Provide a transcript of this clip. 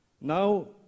Now